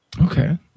Okay